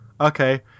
okay